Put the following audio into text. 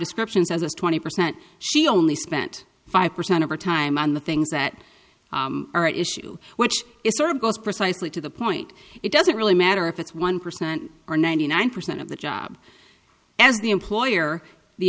descriptions as twenty percent she only spent five percent of her time on the things that are at issue which is sort of goes precisely to the point it doesn't really matter if it's one percent or ninety nine percent of the job as the employer the